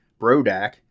Brodak